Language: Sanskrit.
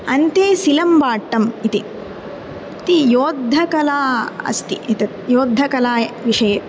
अन्ते सिलम्बाट्टम् इति इति युद्धकला अस्ति एतत् युद्धकलाविषये